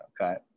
Okay